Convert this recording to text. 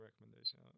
recommendation